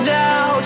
now